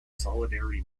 solidarity